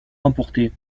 remportée